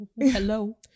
Hello